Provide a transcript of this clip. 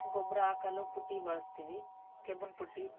ಗೊಬ್ಬರ ಹಾಕಲು ಪುಟ್ಟಿ ಬಳಸ್ತೀವಿ ಕಬ್ಬಿಣ ಪುಟ್ಟಿ